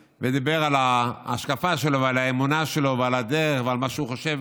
ודיבר על ההשקפה שלו ועל האמונה שלו ועל הדרך ועל מה שהוא חושב